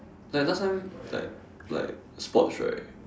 like last time like like sports right